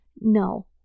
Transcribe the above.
no